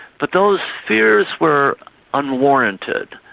but those fears were unwarranted.